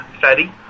fatty